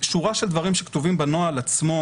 יש שורה של דברים שכתובים בנוהל עצמו